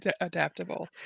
adaptable